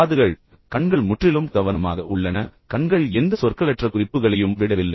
காதுகள் முழுமையாக கவனமாக உள்ளன கண்கள் முற்றிலும் கவனமாக உள்ளன கண்கள் எந்த சொற்களற்ற குறிப்புகளையும் விடவில்லை